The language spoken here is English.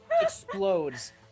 explodes